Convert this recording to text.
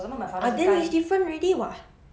ah then is different already [what]